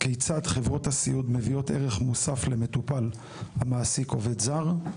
כיצד חברות הסיעוד מביאות ערך מוסף למטופל המעסיק עובד זר.